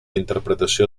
interpretació